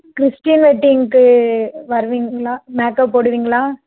Christian வெட்டிங்குக்கு வருவீங்களா makeup போடுவீங்களா